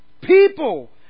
People